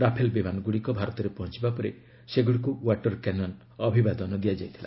Rafale ବିମାନଗୁଡ଼ିକ ଭାରତରେ ପହଞ୍ଚୁବା ପରେ ସେଗୁଡ଼ିକୁ ଓ୍ୱାଟର କ୍ୟାନନ୍ ଅଭିବାଦନ ଦିଆଯାଇଥିଲା